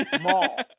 mall